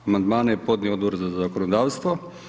Amandmane je podnio Odbor za zakonodavstvo.